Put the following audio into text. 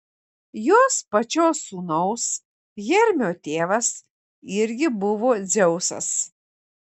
jos pačios sūnaus hermio tėvas irgi buvo dzeusas